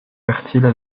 fertiles